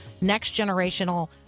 next-generational